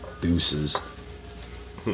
Deuces